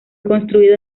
construido